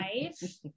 life